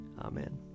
Amen